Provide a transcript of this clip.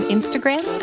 Instagram